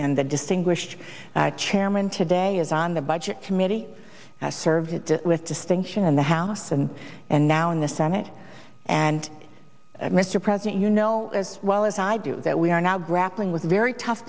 and the distinguished chairman today is on the budget committee i served with distinction in the house and and now in the senate and mr president you know as well as i do that we are now grappling with very tough